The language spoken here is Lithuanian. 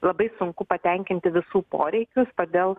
labai sunku patenkinti visų poreikius todėl